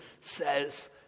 says